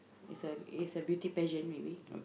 is a is a beauty pageant maybe